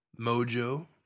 Mojo